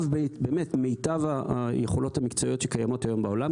באמת מיטב היכולות המקצועיות שקיימות היום בעולם,